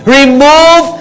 remove